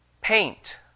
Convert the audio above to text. paint